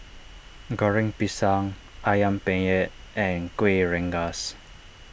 Goreng Pisang Ayam Penyet and Kueh Rengas